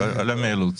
לא מאילוץ.